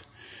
– er at alt dette med økonomien og hva det har betydd for